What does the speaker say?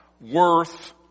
worth